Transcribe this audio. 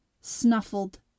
snuffled